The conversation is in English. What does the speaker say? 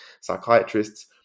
psychiatrists